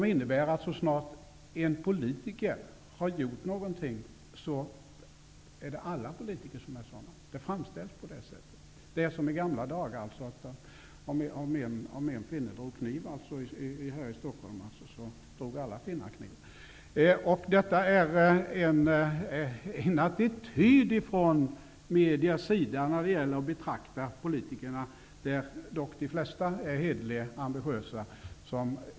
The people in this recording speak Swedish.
Den innebär att så snart en politiker har gjort något speciellt, upplevs alla politiker vara likadana. Det framställs på det sättet. Det är som i forna dar -- om en finne drog kniv här i Stockholm, ansågs ju alla finnar dra kniv. Detta är en attityd från mediernas sida när det gäller att betrakta politikerna. De flesta är dock hederliga och ambitiösa.